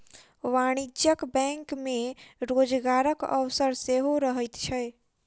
वाणिज्यिक बैंक मे रोजगारक अवसर सेहो रहैत छै